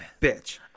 bitch